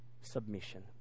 submission